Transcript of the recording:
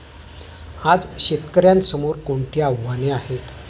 आज शेतकऱ्यांसमोर कोणती आव्हाने आहेत?